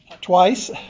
Twice